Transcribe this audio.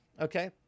okay